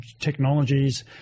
technologies